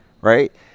Right